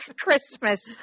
Christmas